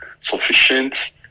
sufficient